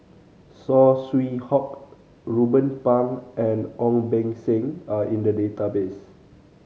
Saw Swee Hock Ruben Pang and Ong Beng Seng are in the database